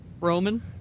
Roman